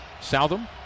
Southam